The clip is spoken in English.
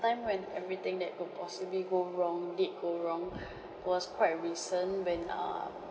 time when everything that could possibly go wrong did go wrong was quite recent when err